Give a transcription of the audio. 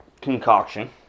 concoction